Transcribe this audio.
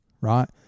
right